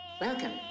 Welcome